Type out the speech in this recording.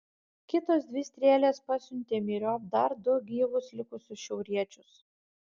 kitos dvi strėlės pasiuntė myriop dar du gyvus likusius šiauriečius